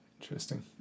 interesting